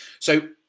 so,